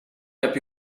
heb